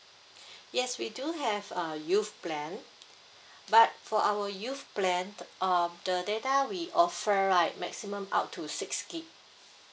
yes we do have uh youth plan but for our youth plan um the data we offer like maximum out to six gig